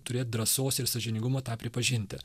turėt drąsos ir sąžiningumo tą pripažinti